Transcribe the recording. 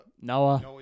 Noah